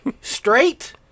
straight